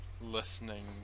listening